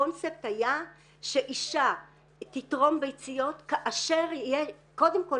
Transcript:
הקונספט היה שאישה תתרום ביציות כאשר קודם כול